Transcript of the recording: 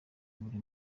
buri